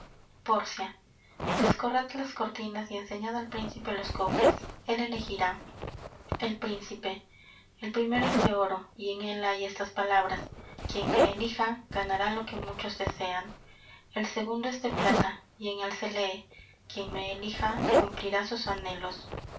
pórcia descorred las cortinas y enseñad al príncipe los cofres él elegirá el príncipe el primero es de oro y en él hay estas palabras quien me elija ganará lo que muchos desean el segundo es de plata y en él se lee quien me elija cumplirá sus anhelos